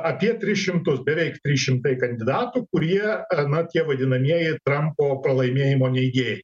apie tris šimtus beveik trys šimtai kandidatų kurie na tie vadinamieji trampo pralaimėjimo neigėjai